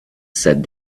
said